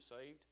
saved